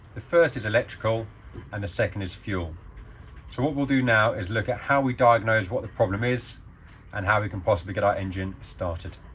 the first is electrical and the second is fuel. so what we'll do now is look at how we diagnose what the problem is and how we can possibly get our engine started.